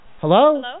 Hello